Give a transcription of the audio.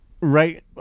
right